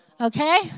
okay